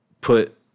put